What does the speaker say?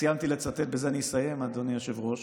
סיימתי לצטט, ובזה אני אסיים, אדוני היושב-ראש,